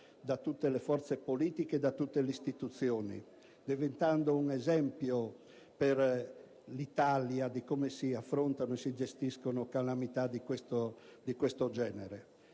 da tutte le forze politiche e da tutte le istituzioni, diventando un esempio per l'Italia di come si affrontano e si gestiscono calamità di questo genere.